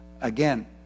Again